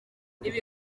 ibi